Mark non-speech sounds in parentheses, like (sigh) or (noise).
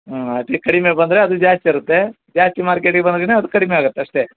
ಹ್ಞೂ ಅತಿ ಕಡಿಮೆ ಬಂದರೆ ಅದು ಜಾಸ್ತಿ ಇರುತ್ತೆ ಜಾಸ್ತಿ ಮಾರ್ಕೆಟಿಗೆ ಬಂದ್ರೆ (unintelligible) ಅದು ಕಡಿಮೆ ಆಗುತ್ತೆ ಅಷ್ಟೇ